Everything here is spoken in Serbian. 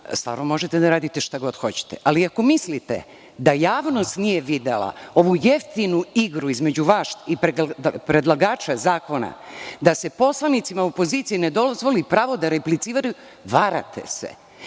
stvarno možete da radite šta hoćete. Ali, ako mislite da javnost nije videla ovu jeftinu igru između vas i predlagača zakona da se poslanicima opozicije ne dozvoli pravo da repliciraju, varate se.